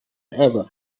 ever